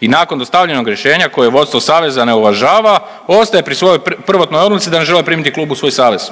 I nakon dostavljenog rješenje koje vodstvo saveza ne uvažava ostaje pri svojoj prvotnoj odluci da ne žele primiti klub u svoj savez.